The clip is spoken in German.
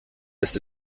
ist